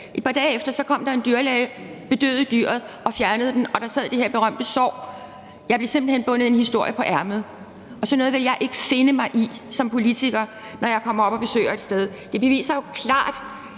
Et par dage efter kom der en dyrlæge og bedøvede dyret og fjernede den, og hesten havde det her berømte sår. Jeg blev simpelt hen bundet en historie på ærmet, og sådan noget vil jeg ikke finde mig i som politiker, når jeg kommer op og besøger et sted. Det beviser jo klart,